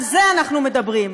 על זה אנחנו מדברים.